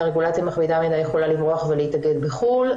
רגולציה מכבידה מידיי יכולה לברוח ולהתאגד בחו"ל.